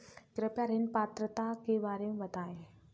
कृपया ऋण पात्रता के बारे में बताएँ?